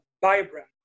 vibrant